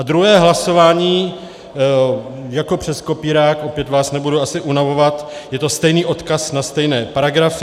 Druhé hlasování, jako přes kopírák, opět vás asi nebudu unavovat, je to stejný odkaz na stejné paragrafy.